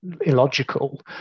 illogical